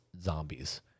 zombies